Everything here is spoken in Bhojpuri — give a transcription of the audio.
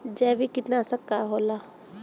जैविक कीटनाशक का होला?